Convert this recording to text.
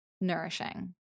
nourishing